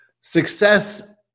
success